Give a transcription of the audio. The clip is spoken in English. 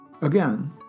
Again